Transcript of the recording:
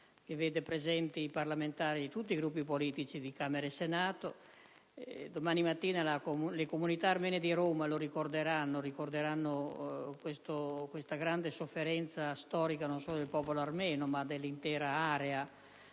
che vede presenti i parlamentari di tutti i Gruppi politici di Camera e Senato. Domani mattina le comunità armene di Roma ricorderanno la grande sofferenza storica non solo del popolo armeno, ma dell'intera area